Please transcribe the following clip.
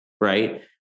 right